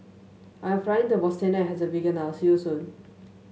I'm flying to Bosnia and Herzegovina now see you soon